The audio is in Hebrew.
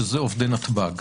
שאלה עובדי נתב"ג,